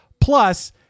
Plus